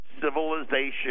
civilization